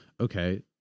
okay